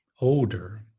older